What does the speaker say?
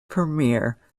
premiere